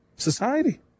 society